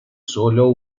sólo